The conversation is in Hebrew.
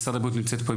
משרד הבריאות נמצאת פה,